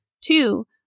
Two